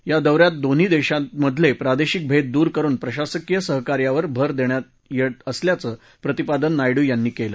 या दौ यात दोन्ही देशांमधेले प्रादेशिक भेद दूरकरुन प्रशासकीय सहकार्यावर भर देण्यात येत असल्याचं प्रतिपादन नायडू यांनी केलं